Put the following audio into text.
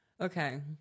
okay